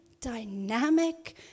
dynamic